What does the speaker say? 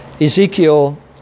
Ezekiel